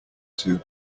too